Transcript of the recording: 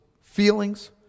feelings